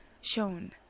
shown